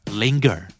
linger